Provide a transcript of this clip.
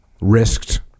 Risked